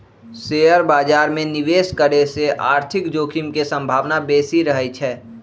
share बाजार में निवेश करे से आर्थिक जोखिम के संभावना बेशि रहइ छै